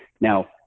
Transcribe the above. Now